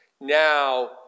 Now